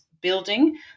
building